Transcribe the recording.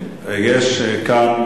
יש כאן